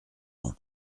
ans